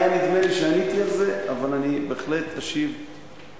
היה נדמה לי שעניתי על זה, אבל אני בהחלט אשיב על